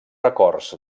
records